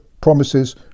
promises